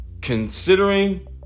Considering